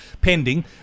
pending